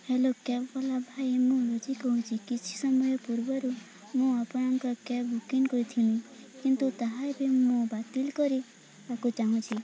hello cab ବାଲା ଭାଇ ମୁଁ ରୁଚି କହୁଛି କିଛି ସମୟ ପୂର୍ବରୁ ମୁଁ ଆପଣଙ୍କ କ୍ୟାବ୍ ବୁକିଂ କରିଥିଲି କିନ୍ତୁ ତାହା ବି ମୁଁ ବାତିଲ କରିବାକୁ ଚାହୁଁଛି